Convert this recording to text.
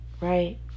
Right